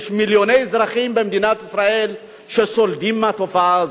יש מיליוני אזרחים במדינת ישראל שסולדים מהתופעה הזאת.